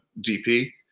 DP